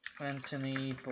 Anthony